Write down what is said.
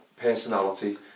personality